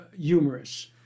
humorous